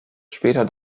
später